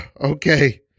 Okay